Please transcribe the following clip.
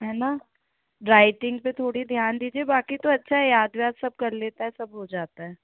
है ना राइटिंग पर थोड़ी ध्यान दीजिए बाकी तो अच्छा याद वाद सब कर लेता है सब हो जाता है